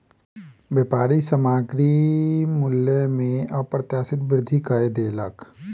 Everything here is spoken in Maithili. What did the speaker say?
व्यापारी सामग्री मूल्य में अप्रत्याशित वृद्धि कय देलक